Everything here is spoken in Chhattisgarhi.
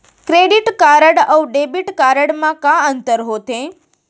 क्रेडिट कारड अऊ डेबिट कारड मा का अंतर होथे?